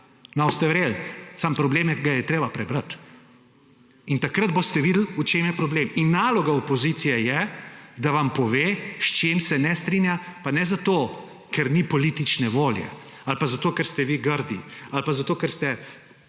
boste verjeli. Samo problem je, da ga je treba prebrati in takrat boste videli, v čem je problem. In naloga opozicije je, da vam pove, s čem se ne strinja, pa ne zato, ker ni politične volje, ali pa zato, ker ste vi grdi, ali pa zato, ker ste